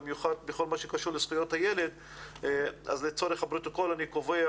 במיוחד בכל מה שקשור לזכויות הילד אז לצורך הפרוטוקול אני קובע